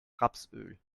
rapsöl